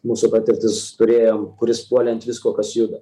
mūsų patirtis turėjom kuris puolė ant visko kas juda